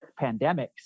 pandemics